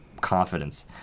confidence